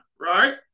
right